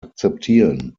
akzeptieren